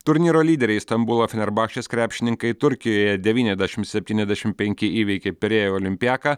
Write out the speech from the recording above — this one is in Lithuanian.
turnyro lyderei stambulo fenerbahčės krepšininkai turkijoje devyniasdešim septyniasdešim penki įveikė pirėjo olimpiaką